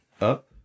up